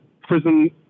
Prison